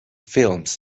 films